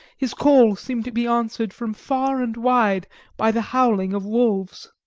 his call seemed to be answered from far and wide by the howling of wolves.